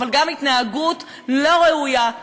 אבל גם התנהגות לא ראויה,